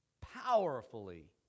powerfully